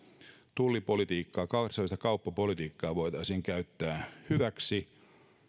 tullipolitiikkaa kansainvälistä kauppapolitiikkaa voitaisiin käyttää hyväksi